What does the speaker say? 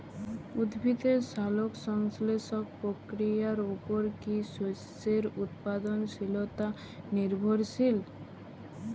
উদ্ভিদের সালোক সংশ্লেষ প্রক্রিয়ার উপর কী শস্যের উৎপাদনশীলতা নির্ভরশীল?